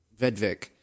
Vedvik